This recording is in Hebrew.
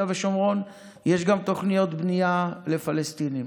ושומרון יש גם תוכניות בנייה לפלסטינים.